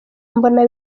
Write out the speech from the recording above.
mbona